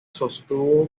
sostuvo